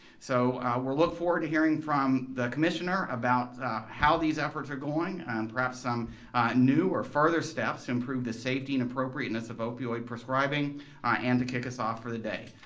so we look forward to hearing from the commissioner about how these efforts are going and perhaps some new or further steps to improve the safety and appropriateness of opioid prescribing and to kick us off for the day.